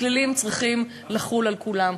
הכללים צריכים לחול על כולם,